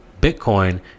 Bitcoin